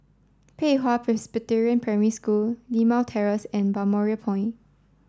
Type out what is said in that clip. Pei Hwa Presbyterian Primary School Limau Terrace and Balmoral Point